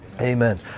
Amen